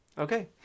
okay